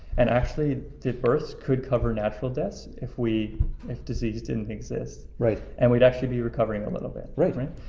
and actually did births could cover natural deaths if we if disease didn't exist. right. and we'd actually be recovering a little bit right? right.